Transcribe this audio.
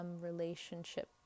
relationship